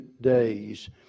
days